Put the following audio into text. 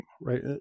right